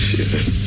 Jesus